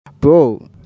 bro